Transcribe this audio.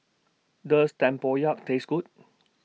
Does Tempoyak Taste Good